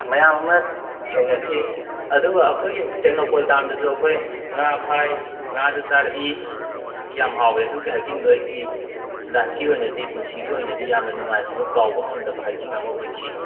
ꯃꯌꯥꯝ ꯑꯃ ꯊꯦꯡꯅꯈꯤ ꯑꯗꯨꯒ ꯑꯩꯈꯣꯏꯒꯤ ꯇꯦꯛꯅꯧꯄꯜ ꯗꯥꯝꯗꯁꯨ ꯑꯩꯈꯣꯏ ꯉꯥ ꯐꯥꯏ ꯉꯥꯖꯨ ꯆꯥꯔꯛꯏ ꯌꯥꯝ ꯍꯥꯎꯋꯦ ꯑꯗꯨꯒꯤ ꯍꯥꯏꯀꯤꯡꯗꯣ ꯑꯩꯒꯤ ꯂꯥꯏꯐꯀꯤ ꯑꯣꯏꯅꯗꯤ ꯄꯨꯟꯁꯤꯒꯤ ꯑꯣꯏꯅꯗꯤ ꯌꯥꯝꯅ ꯅꯨꯡꯉꯥꯏꯈꯤꯕ ꯀꯥꯎꯕ ꯉꯝꯗꯕ ꯍꯥꯏꯀꯤꯡ ꯑꯃ ꯑꯣꯏꯈꯤ